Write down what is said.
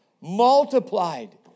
Multiplied